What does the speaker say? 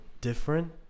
different